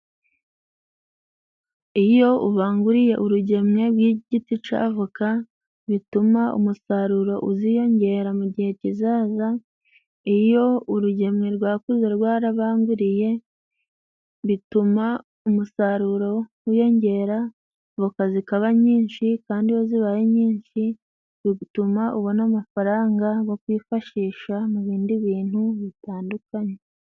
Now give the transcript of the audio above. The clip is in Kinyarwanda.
Iyo ubanguriye urugemwe bw'igiti ca voka bituma umusaruro uziyongera mu gihe kizaza, iyo urugemye rwakuze rwarabanguriye bituma umusaruro wiyongera voka zikaba nyinshi, kandi iyo zibaye nyinshi bituma ubona amafaranga gwo kwifashisha mu bindi bintu bitandukanye.